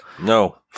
No